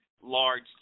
large